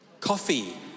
Coffee